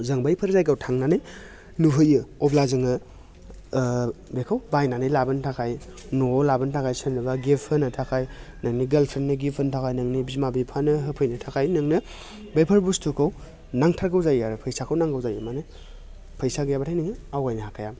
जों बैफोर जायगायाव थांनानै नुहैयो अब्ला जोङो ओ बेखौ बायनानै लाबोनो थाखाय न'आव लाबोनो थाखाय सोरनाबा गिफ्ट होनो थाखाय नोंनि गार्लफ्रेइन्डनो गिफ्ट होनो थाखाय नोंनि बिमा बिफानो होफैनो थाखाय नोंनो बैफोर बुस्थुखौ नांथारगौ जायो आरो फैसाखौ नांगौ जायो माने फैसा गैयाब्लाथाय नोङो आवगायनो हाखाया